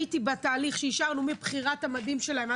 היינו בתהליך כשאישרנו מבחירת המדים שלהם,